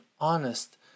honest